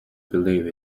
believe